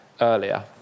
Earlier